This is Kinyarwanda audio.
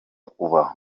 uba